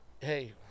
Hey